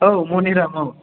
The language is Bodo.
औ मनिराम औ